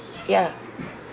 ya lah